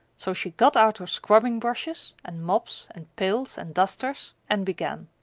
so she got out her scrubbing-brushes, and mops, and pails, and dusters, and began.